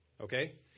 okay